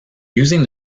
using